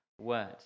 word